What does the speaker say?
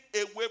away